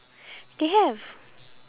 they have